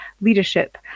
leadership